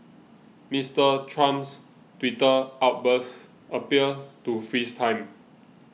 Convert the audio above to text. Mister Trump's Twitter outbursts appear to freeze time